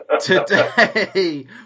Today